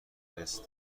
فهرست